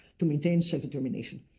to maintain self-determination.